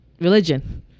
religion